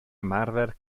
ymarfer